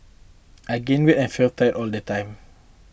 I gained weight and felt tired all the time